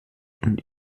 und